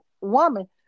woman